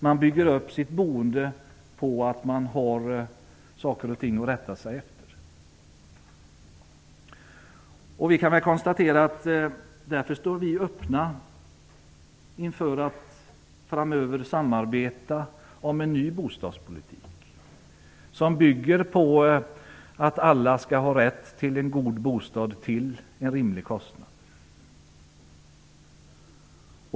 Man bygger upp sitt boende på att man har saker och ting att rätta sig efter. Vi står därför öppna för att framöver samarbeta om en ny bostadspolitik som bygger på att alla skall ha rätt till en god bostad till en rimlig kostnad.